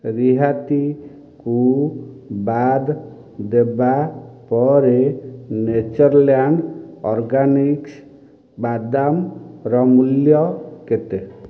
ରିହାତି କୁ ବାଦ୍ ଦେବା ପରେ ନେଚର୍ଲ୍ୟାଣ୍ଡ୍ ଅର୍ଗାନିକ୍ସ୍ ବାଦାମ ର ମୂଲ୍ୟ କେତେ